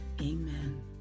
Amen